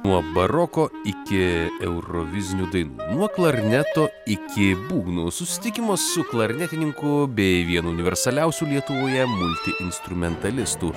nuo baroko iki eurovizinių dainų nuo klarneto iki būgnų susitikimas su klarnetininku bei vienu universaliausių lietuvoje multi instrumentalistų